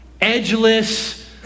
edgeless